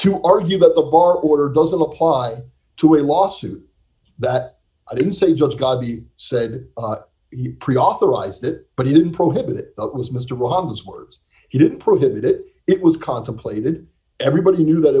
to argue about the bar order doesn't apply to a lawsuit that i didn't say just god he said he pre authorized it but he didn't prohibit it was mr obama's words he did prohibit it it was contemplated everybody knew that